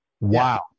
Wow